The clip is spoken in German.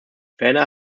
ferner